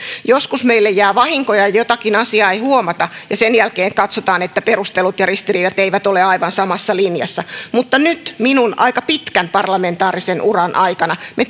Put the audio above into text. joskus meille jää vahinkoja jotakin asiaa ei huomata ja sen jälkeen katsotaan että perustelut ja ristiriidat eivät ole aivan samassa linjassa mutta nyt minun aika pitkän parlamentaarisen urani aikana me